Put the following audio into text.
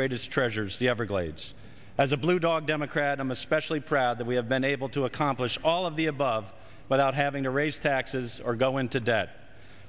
greatest treasures the everglades as a blue dog democrat i'm especially proud that we have been able to accomplish all of the above without having to raise taxes or go into debt